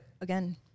again